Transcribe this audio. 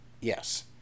Yes